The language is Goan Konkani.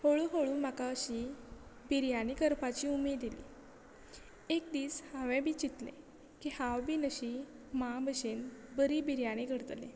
हळू हळू म्हाका अशी बिरयानी करपाची उमेद येली एक दीस हांवें बी चिंतले की हांव बी अशी माँ भशेन बरी बिरयानी करतलें